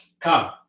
come